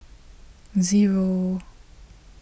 zero